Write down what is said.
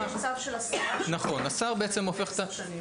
יש צו של השר --- לעשר שנים.